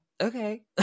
okay